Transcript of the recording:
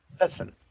listen